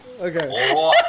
Okay